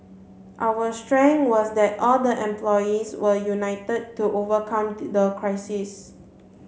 our strength was that all the employees were united to overcome the crisis